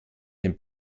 dem